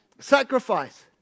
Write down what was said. sacrifice